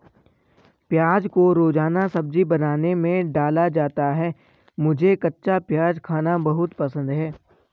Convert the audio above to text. प्याज को रोजाना सब्जी बनाने में डाला जाता है मुझे कच्चा प्याज खाना बहुत पसंद है